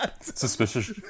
Suspicious